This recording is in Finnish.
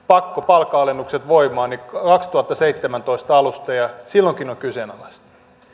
pakkopalkanalennukset voimaan kaksituhattaseitsemäntoista alusta ja silloinkin on kyseenalaista